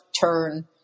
turn